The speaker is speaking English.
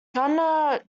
gunnar